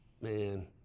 man